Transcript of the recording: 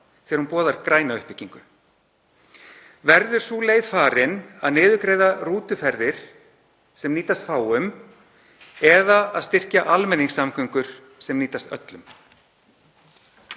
þegar hún boðar græna uppbyggingu. Verður sú leið farin að niðurgreiða rútuferðir sem nýtast fáum, eða að styrkja almenningssamgöngur sem nýtast öllum?